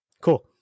Cool